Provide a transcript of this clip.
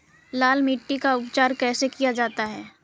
लाल मिट्टी का उपचार कैसे किया जाता है?